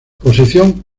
posición